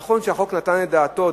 נכון שהחוק נתן את דעתו,